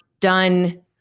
done